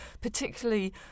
particularly